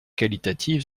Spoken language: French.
qualitative